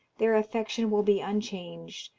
their affection will be unchanged,